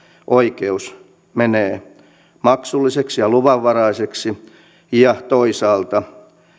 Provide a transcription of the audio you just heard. oikeus menee maksulliseksi ja luvanvaraiseksi ja toisaalta